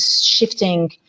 shifting